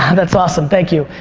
that's awesome, thank you.